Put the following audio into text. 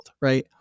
Right